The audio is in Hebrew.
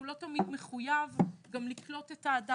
הוא גם לא תמיד מחויב לקלוט את האדם.